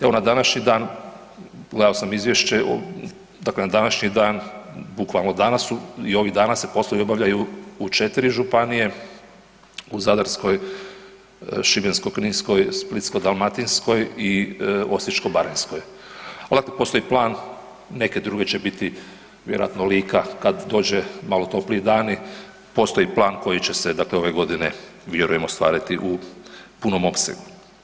Evo na današnji dan, gledao sam izvješće, dakle na današnji dan bukvalno danas su i ovih dana se poslovi obavljaju u četiri županije u Zadarskoj, Šibensko-kninskoj, Splitsko-dalmatinskoj i Osječko-baranjskoj. … postoji plan neke druge će biti vjerojatno Lika kad dođu malo topliji dan, postoj plan koji će se ove godine vjerujem ostvariti u punom opsegu.